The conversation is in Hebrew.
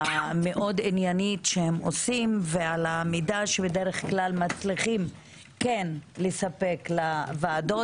העניינית שהם עושים ועל המידע שהם בדרך כלל כן מצליחים לספק לוועדות,